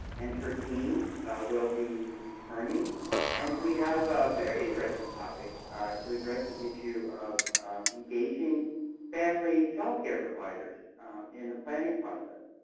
and her team will be returning and we have a very interesting topic to address the issue of engaging family childcare providers in the planning process.